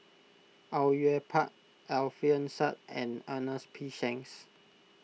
Au Yue Pak Alfian Sa'At and Ernest P Shanks